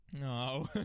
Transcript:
No